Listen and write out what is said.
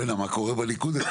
בוא'נה, מה קורה בליכוד?